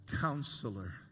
Counselor